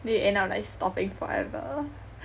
then you end up like stopping forever